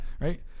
Right